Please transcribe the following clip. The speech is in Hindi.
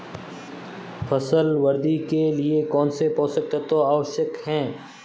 फसल वृद्धि के लिए कौनसे पोषक तत्व आवश्यक हैं?